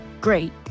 great